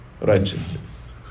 righteousness